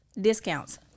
discounts